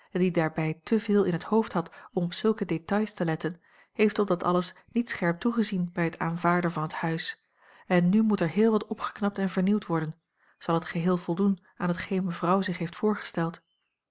die daarbij te veel in het hoofd had om op zulke détails te letten heeft op dat alles niet scherp toegezien bij het aanvaarden van het huis en nu moet er heel wat opgeknapt en vernieuwd worden zal het geheel voldoen aan hetgeen mevrouw zich heeft voorgesteld